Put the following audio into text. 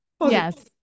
yes